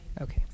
Okay